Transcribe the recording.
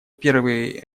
первый